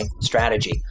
strategy